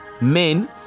men